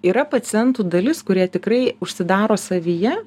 yra pacientų dalis kurie tikrai užsidaro savyje